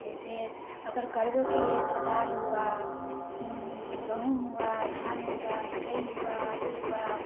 जैसे अगर करबो किए तो दाल हुआ गेहूँ हुआ धान हुआ मकई हुआ आलू हुआ